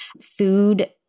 food